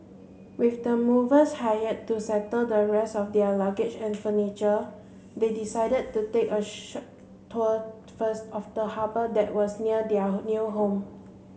with the movers hired to settle the rest of their luggage and furniture they decided to take a short tour first of the harbour that was near their new home